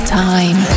time